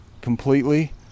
completely